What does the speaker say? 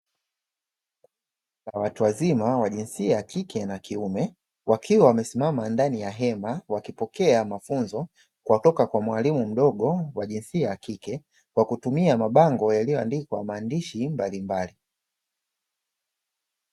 Watu wazima wa jinsi ya kike na kiume, wakiwa wamesimama ndani ya hema wakipokea mafunzo kutoka kwa mwalimu mdogo wa jinsia ya kike, kwa kutumia mabango yaliyoandikwa maandishi mbalimbali.